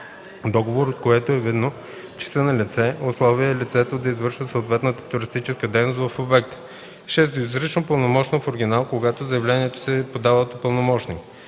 договор, от който е видно, че са налице условия лицето да извършва съответната туристическа дейност в обекта; 6. изрично пълномощно в оригинал, когато заявлението се подава от пълномощник;